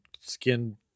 skin